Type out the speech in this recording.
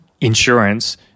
insurance